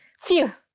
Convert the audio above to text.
phew!